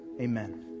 Amen